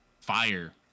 fire